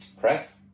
Press